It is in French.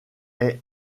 est